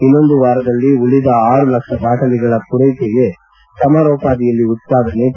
ಇನ್ನೊಂದು ವಾರದಲ್ಲಿ ಉಳಿದ ಆರು ಲಕ್ಷ ಬಾಟಲಿಗಳ ಪೂರೈಕೆಗೆ ಸಮರೋಪಾದಿಯಲ್ಲಿ ಉತ್ಪಾದನೆ ಪ್ರಗತಿಯಲ್ಲಿದೆ